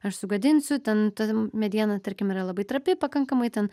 aš sugadinsiu ten ta mediena tarkim yra labai trapi pakankamai ten